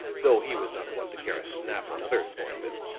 though he was not one to care a snap what others thought of him.